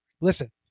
listen